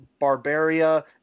barbaria